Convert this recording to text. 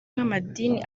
nk’amadini